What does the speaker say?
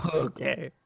okay.